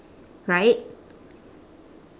right